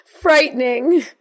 Frightening